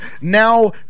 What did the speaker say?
now